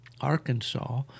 Arkansas